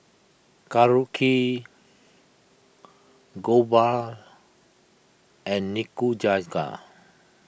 Korokke Jokbal and Nikujaga